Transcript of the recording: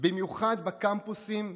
במיוחד בקמפוסים.